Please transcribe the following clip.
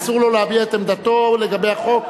אסור לו להביע את עמדתו לגבי החוק?